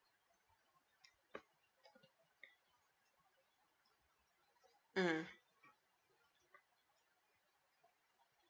mm